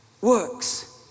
works